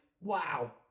wow